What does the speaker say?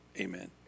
amen